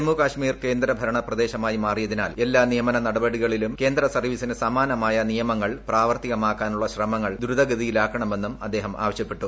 ജമ്മു കശ്മീർ കേന്ദ്ര വകുപ്പിനോട് ഭരണ പ്രദേശമായി മാറിയതിനാൽ എല്ലാ നിയമന നടപടികളിലും കേന്ദ്ര സർവ്വീസിന് സമാനമായ നിയമങ്ങൾ പ്രാവർത്തികമാക്കാനുള്ള ശ്രമങ്ങൾ ദ്രുതഗതിയിലാക്കണമെന്നും അദ്ദേഹം ആവശ്യപ്പെട്ടു